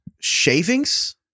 Shavings